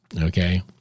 okay